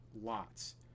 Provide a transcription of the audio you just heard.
lots